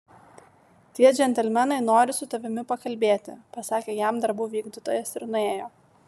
tie džentelmenai nori su tavimi pakalbėti pasakė jam darbų vykdytojas ir nuėjo